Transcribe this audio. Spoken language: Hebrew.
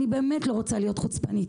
אני באמת לא רוצה להיות חוצפנית,